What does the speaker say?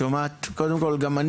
קודם כל אני